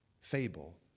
fable